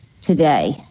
today